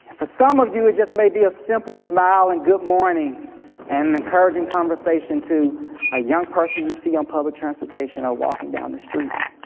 and for some of you, it just may be a simple smile and good morning and encouraging conversation to a young person you see on public transportation or walking down the street.